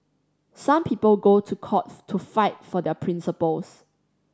some people go to court to fight for their principles